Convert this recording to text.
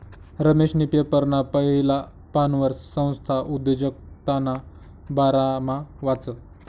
रमेशनी पेपरना पहिला पानवर संस्था उद्योजकताना बारामा वाचं